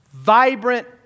vibrant